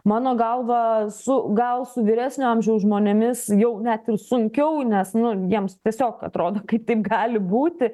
mano galva su gal su vyresnio amžiaus žmonėmis jau net ir sunkiau nes nu jiems tiesiog atrodo kaip taip gali būti